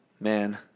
Man